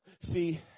See